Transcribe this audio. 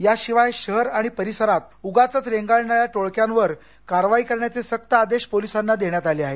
याशिवाय शहर आणि परिसरात उगाचच रंगाळणाऱ्या टोळक्यांवर कारवाई करण्याचे सक्त आदेश पोलिसांना देण्यात आले आहेत